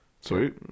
sweet